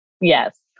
Yes